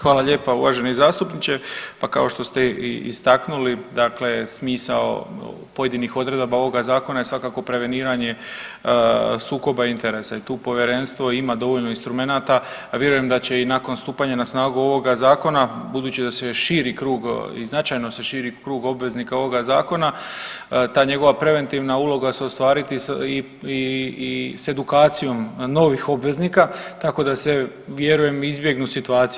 Hvala lijepa uvaženi zastupniče, pa kao što ste istaknuli dakle, smisao pojedinih odredaba ovoga zakona je svakako preveniranje sukoba interesa i tu povjerenstvo ima dovoljno instrumenata, a vjerujem da će i nakon stupanja na snagu ovoga zakona budući da se širi krug i značajno se širi krug obveznika ovoga zakona ta njegova preventiva uloga se ostvariti i s edukacijom novih obveznika tako da se vjerujem izbjegnu situacije.